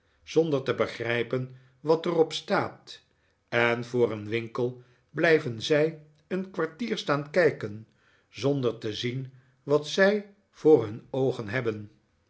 zonder te begrijpen wat er op staat en voor een winkel blijven zij een kwartier staan kijken zonder te zien wat zij voor hun oogen hebgekheid